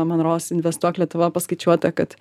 man rodos investuok lietuva paskaičiuota kad